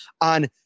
on